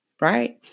right